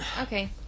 okay